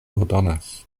ordonas